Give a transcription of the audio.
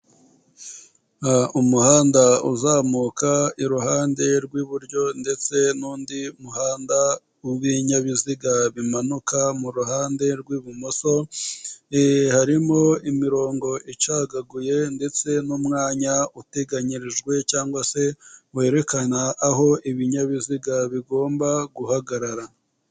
Umuhanda uzamuka iruhande rw'iburyo ndetse n'undi muhanda w'ibinyabiziga bimanuka mu ruhande rw'ibumoso, harimo imirongo icagaguye ndetse n'umwanya uteganyirijwe cg se werekana aho ibinyabiziga bigomba guhagarara.